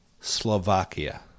Slovakia